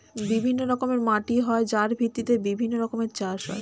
বিভিন্ন রকমের মাটি হয় যার ভিত্তিতে বিভিন্ন রকমের চাষ হয়